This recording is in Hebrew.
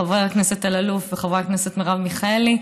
חבר הכנסת אלאלוף וחברת הכנסת מרב מיכאלי,